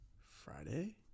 Friday